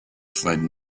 fled